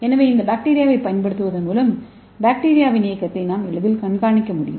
எனவே இந்த பாக்டீரியாவைப் பயன்படுத்துவதன் மூலம் பாக்டீரியாவின் இயக்கத்தை எளிதில் கண்காணிக்க முடியும்